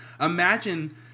imagine